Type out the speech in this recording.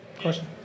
question